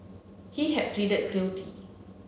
he had pleaded guilty